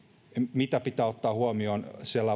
mitä pitää ottaa huomioon